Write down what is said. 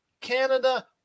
Canada